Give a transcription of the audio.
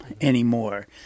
anymore